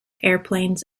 airplanes